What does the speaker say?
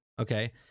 Okay